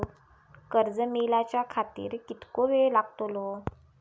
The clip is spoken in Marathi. कर्ज मेलाच्या खातिर कीतको वेळ लागतलो?